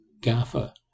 Gaffer